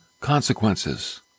consequences